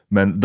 Men